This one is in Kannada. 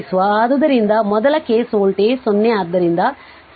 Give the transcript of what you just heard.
ಆದ್ದರಿಂದ ಮೊದಲ ಕೇಸ್ ವೋಲ್ಟೇಜ್ 0 ಆದ್ದರಿಂದ C dv dt 0